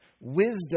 Wisdom